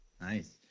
Nice